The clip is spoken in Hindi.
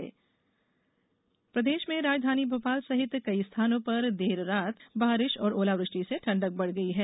मौसम प्रदेश में राजधानी भोपाल सहित कई स्थानों पर देर रात बारिश और ओलावृष्टि से ठंडक बढ़ गई है